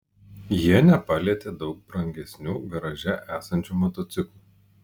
jie nepalietė daug brangesnių garaže esančių motociklų